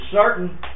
certain